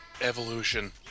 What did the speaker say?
Evolution